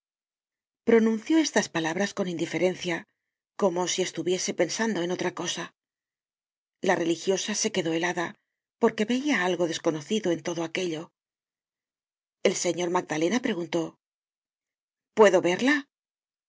pronunció estas palabras con indiferencia como si estuviese pensando en otra cosa la religiosa se quedó helada porque veia algo desconocido en todo aquello el señor magdalena preguntó puedo verla